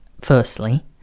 firstly